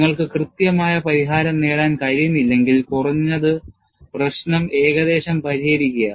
നിങ്ങൾക്ക് കൃത്യമായ പരിഹാരം നേടാൻ കഴിയുന്നില്ലെങ്കിൽ കുറഞ്ഞത് പ്രശ്നം ഏകദേശം പരിഹരിക്കുക